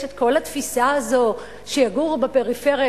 יש כל התפיסה הזאת שיגורו בפריפריה.